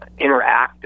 interactive